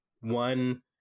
one